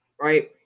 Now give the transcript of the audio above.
Right